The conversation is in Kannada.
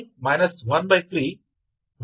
C29e 3